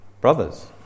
Brothers